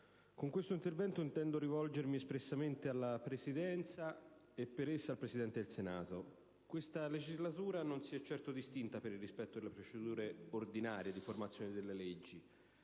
con questo intervento intendo rivolgermi espressamente alla Presidenza, e in particolare al Presidente del Senato. Questa legislatura non si è certo distinta per il rispetto delle procedure ordinarie di formazione delle leggi.